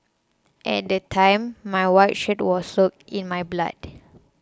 at the time my white shirt was soaked in my blood